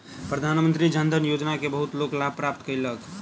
प्रधानमंत्री जन धन योजना के बहुत लोक लाभ प्राप्त कयलक